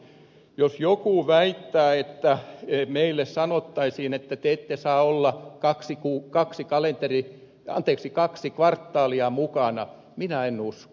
jos joku väittää että meille sanottaisiin että te ette saa olla kaksi k up kaksi kalenteri teki kahta kvartaalia mukana minä en usko